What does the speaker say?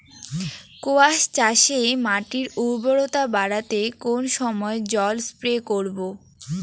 কোয়াস চাষে মাটির উর্বরতা বাড়াতে কোন সময় জল স্প্রে করব?